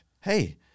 hey